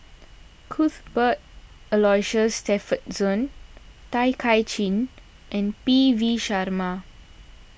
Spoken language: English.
Cuthbert Aloysius Shepherdson Tay Kay Chin and P V Sharma